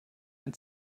ein